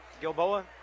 Gilboa